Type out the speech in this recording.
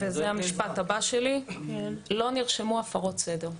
לא נרשמו הפרות סדר,